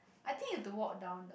I think you've to walk down the